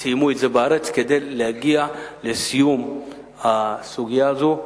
וסיימו את זה בארץ, כדי להגיע לסיום הסוגיה הזו.